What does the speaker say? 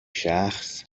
شخص